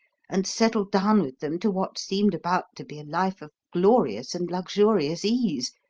and settled down with them to what seemed about to be a life of glorious and luxurious ease,